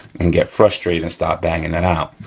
and get frustrated, and start banging that out.